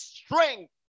strength